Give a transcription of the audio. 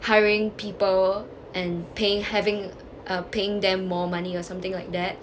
hiring people and paying having uh paying them more money or something like that